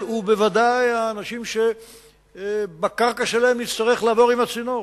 ובוודאי האנשים שבקרקע שלהם נצטרך לעבור עם הצינור.